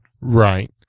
Right